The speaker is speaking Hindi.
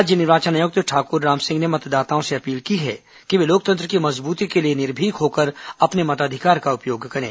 राज्य निर्वाचन आयुक्त ठाकुर रामसिंह ने मतदाताओं से अपील की है कि वे लोकतंत्र की मजबूती के लिए निर्भीक होकर अपने मताधिकार का उपयोग करें